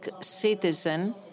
citizen